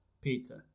Pizza